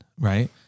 Right